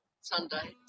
Sunday